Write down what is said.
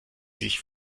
sich